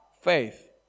faith